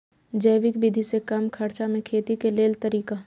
जैविक विधि से कम खर्चा में खेती के लेल तरीका?